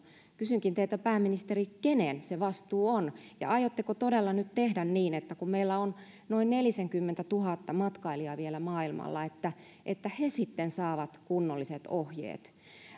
kysynkin teiltä pääministeri kenen se vastuu on ja aiotteko todella nyt tehdä niin että kun meillä on noin neljäkymmentätuhatta matkailijaa vielä maailmalla he sitten saavat kunnolliset ohjeet